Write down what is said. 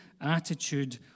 attitude